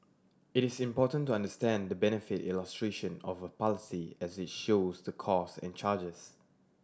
it is important to understand the benefit illustration of a policy as it shows the cost and charges